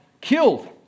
killed